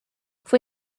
fue